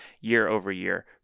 year-over-year